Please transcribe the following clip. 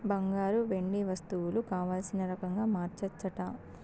బంగారు, వెండి వస్తువులు కావల్సిన రకంగా మార్చచ్చట